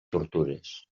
tortures